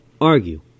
argue